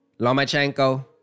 Lomachenko